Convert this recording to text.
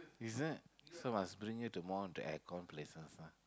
is it so must bring you to more the air con places lah